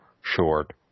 short